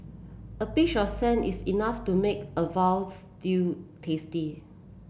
a pinch of is enough to make a veal stew tasty